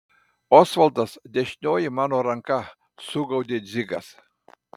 osvaldas dešinioji mano ranka sugaudė dzigas